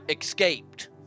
Escaped